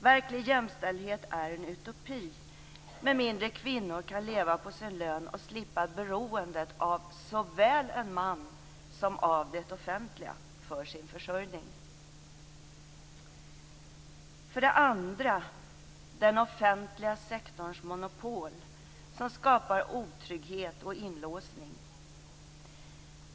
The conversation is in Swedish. Verklig jämställdhet är en utopi med mindre kvinnor kan leva på sin lön och slippa beroendet av såväl en man som av det offentliga för sin försörjning. För det andra gäller det den offentliga sektorns monopol, som skapar otrygghet och inlåsning.